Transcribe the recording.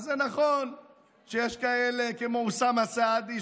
אז זה נכון שיש כאלה כמו אוסאמה סעדי,